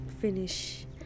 finish